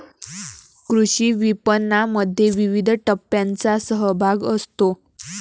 कृषी विपणनामध्ये विविध टप्प्यांचा सहभाग असतो